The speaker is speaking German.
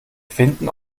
finden